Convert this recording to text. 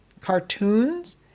cartoons